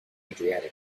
adriatic